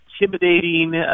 intimidating